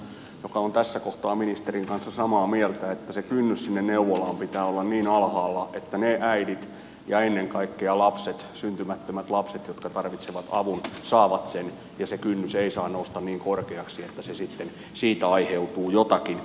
itse kuulun siihen joukkoon joka on tässä kohtaa ministerin kanssa samaa mieltä että sen kynnyksen sinne neuvolaan pitää olla niin alhaalla että ne äidit ja ennen kaikkea lapset syntymättömät lapset jotka tarvitsevat avun saavat sen ja se kynnys ei saa nousta niin korkeaksi että siitä sitten aiheutuu jotakin